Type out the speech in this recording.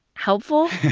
helpful?